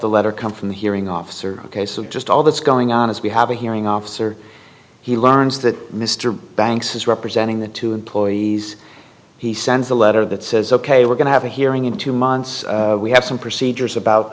the letter come from the hearing officer ok so just all that's going on is we have a hearing officer he learns that mr banks is representing the two employees he sends a letter that says ok we're going to have a hearing in two months we have some procedures about